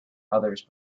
others